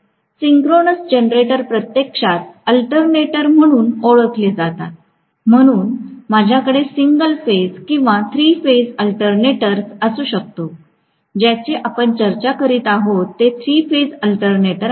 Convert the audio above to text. synchronous generator प्रत्यक्षात alternator म्हणून ओळखले जातात म्हणून माझ्याकडे सिंगल फेज किंवा थ्री फेज अल्टरनेटर असू शकतो ज्याची आपण चर्चा करीत आहोत ते थ्री फेज अल्टरनेटर आहे